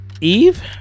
eve